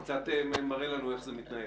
זה קצת מראה לנו איך זה מתנהל.